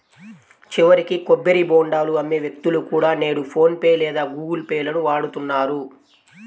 చివరికి కొబ్బరి బోండాలు అమ్మే వ్యక్తులు కూడా నేడు ఫోన్ పే లేదా గుగుల్ పే లను వాడుతున్నారు